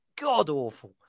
god-awful